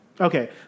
Okay